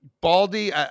Baldy